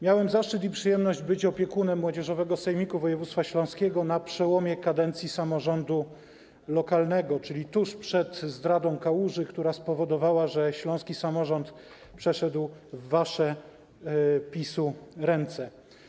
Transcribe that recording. Miałem zaszczyt i przyjemność być opiekunem Młodzieżowego Sejmiku Województwa Śląskiego na przełomie kadencji samorządu lokalnego, czyli tuż przed zdradą Kałuży, która spowodowała, że śląski samorząd przeszedł w wasze, PiS-u, ręce.